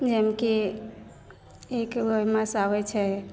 जाहिमेकि एक ओहिमे मासा होइ छै